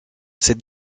cette